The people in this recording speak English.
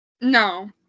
No